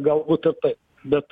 galbūt ir taip bet